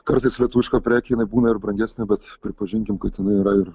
kartais lietuviška prekė būna ir brangesnė bet pripažinkim kad jinai yra ir